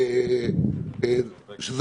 בעצם,